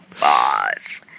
Boss